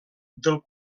del